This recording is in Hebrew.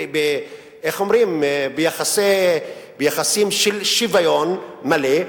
ביחסים של שוויון מלא,